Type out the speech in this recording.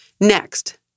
Next